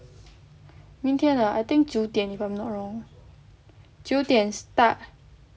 明天 ah I think 九点 if I'm not wrong 九点 start